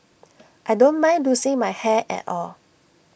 I don't mind losing my hair at all